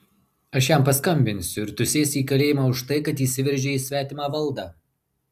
aš jam paskambinsiu ir tu sėsi į kalėjimą už tai kad įsiveržei į svetimą valdą